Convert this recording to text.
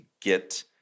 get